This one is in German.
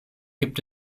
gibt